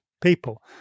people